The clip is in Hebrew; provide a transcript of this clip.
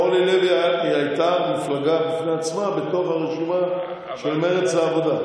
אורלי לוי הייתה מפלגה בפני עצמה בתוך הרשימה של מרצ-העבודה.